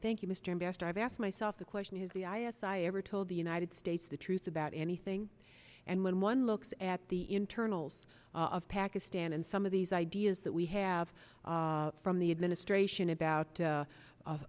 i've asked myself the question has the i s i ever told the united states the truth about anything and when one looks at the internals of pakistan and some of these ideas that we have from the administration about